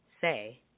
Say